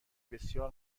بسیار